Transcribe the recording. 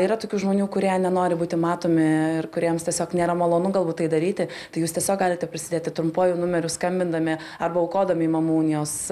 yra tokių žmonių kurie nenori būti matomi ir kuriems tiesiog nėra malonu galbūt tai daryti tai jūs tiesiog galite prisidėti trumpuoju numeriu skambindami arba aukodami į mamų unijos